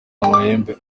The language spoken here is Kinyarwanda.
amahembe